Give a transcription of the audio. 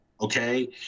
Okay